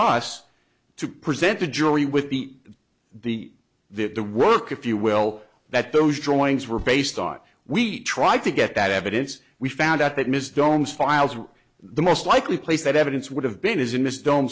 us to present the jury with the the the the work if you will that those drawings were based on we tried to get that evidence we found out that ms domes files were the most likely place that evidence would have been is in this dome